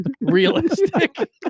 realistic